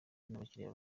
n’abakiliya